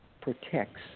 protects